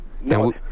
No